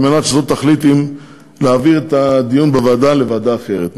מנת שזאת תחליט אם להעביר את הדיון בהצעה לוועדה אחרת.